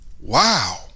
Wow